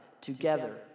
Together